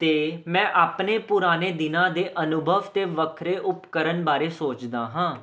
ਤਾਂ ਮੈਂ ਆਪਣੇ ਪੁਰਾਣੇ ਦਿਨਾਂ ਦੇ ਅਨੁਭਵ ਅਤੇ ਵੱਖਰੇ ਉਪਕਰਨ ਬਾਰੇ ਸੋਚਦਾ ਹਾਂ